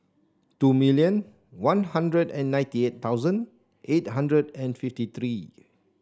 two million One Hundred and ninety eight thousand eight hundred and fifty three